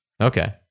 Okay